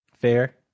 Fair